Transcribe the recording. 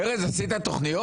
ארז, עשית תוכניות?